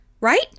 right